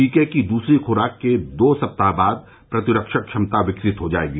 टीके की दूसरी खुराक के दो सप्ताह बाद प्रतिरक्षक क्षमता विकसित हो जाएगी